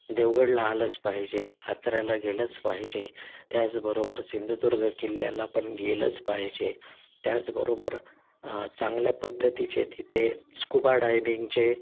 आलंच पाहिजे आचऱ्याला गेलंच पाहिजे त्याचबरोबर सिंधुदुर्ग किल्ल्याला पण गेलंच पाहिजे त्याचबरोबर चांगल्या पद्धतीचे तिथे स्कूबा डायमिंगचे